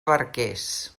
barquers